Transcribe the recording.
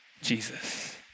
Jesus